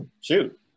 shoot